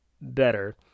better